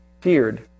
feared